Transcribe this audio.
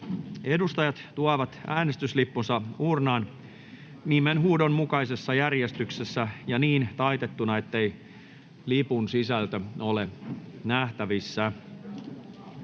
Edustajat tuovat äänestyslippunsa uurnaan nimenhuudon mukaisessa järjestyksessä ja niin taitettuna, ettei lipun sisältö ole nähtävissä.